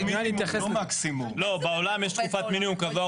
אם תצהירו כאן שאתם לא